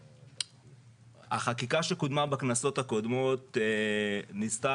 החקיקה שקודמה בכנסות הקודמות ניסתה